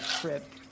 trip